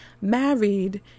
married